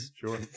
Sure